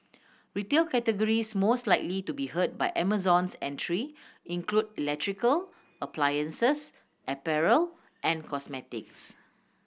retail categories most likely to be hurt by Amazon's entry include electrical appliances apparel and cosmetics